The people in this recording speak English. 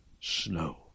snow